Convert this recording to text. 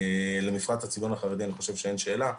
למפרט הצביון החרדי אני חושב שאין שאלה,